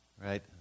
right